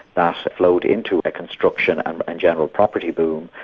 that flowed into a construction and but and general property boom,